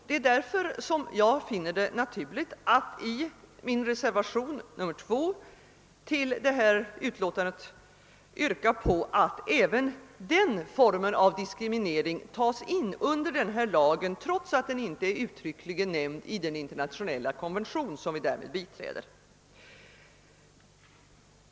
Det är därför som jag finner det naturligt att i min reservation — nr 2 till detta utlåtande — yrka på att även den formen av diskriminering tas in under den här lagen, trots att den inte är uttryckligen nämnd i den internationella konvention som vi biträder.